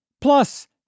Plus